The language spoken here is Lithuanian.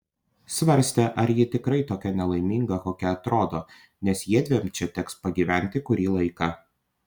svarstė ar ji tikrai tokia nelaiminga kokia atrodo nes jiedviem čia teks pagyventi kurį laiką